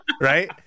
right